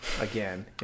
again